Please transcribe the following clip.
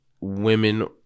women